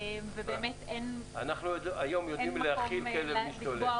היום אנחנו יודעים להכיל כלב משתולל.